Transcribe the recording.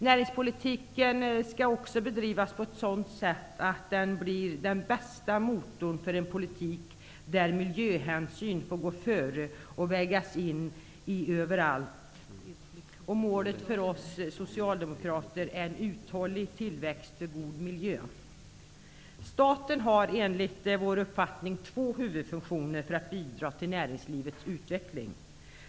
Näringspolitiken skall också bedrivas på ett sådant sätt att den blir den bästa motorn för en politik där miljöhänsyn får gå före och vägas in överallt. Målet för oss socialdemokrater är en uthållig tillväxt för god miljö. Staten har enligt vår uppfattning två huvudfunktioner för att bidra till näringslivets utveckling.